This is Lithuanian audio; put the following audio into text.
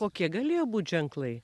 kokie galėjo būt ženklai